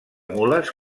mules